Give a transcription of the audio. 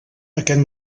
aquest